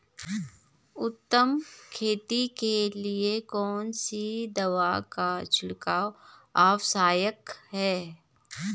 उत्तम खेती के लिए कौन सी दवा का छिड़काव आवश्यक है?